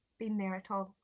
been there at all.